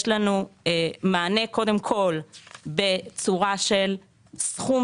יש לנו מענה קודם כל בצורה של סכום